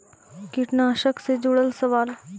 कीटनाशक से जुड़ल सवाल?